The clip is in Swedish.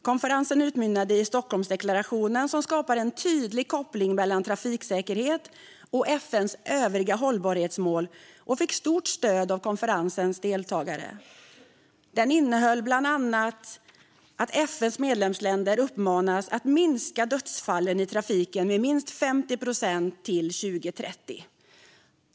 Konferensen utmynnade i Stockholmsdeklarationen, som skapade en tydlig koppling mellan trafiksäkerhet och FN:s övriga hållbarhetsmål och fick stort stöd av konferensens deltagare. Den innehöll bland annat att FN:s medlemsländer uppmanades att minska dödsfallen i trafiken med minst 50 procent till 2030.